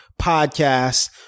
podcast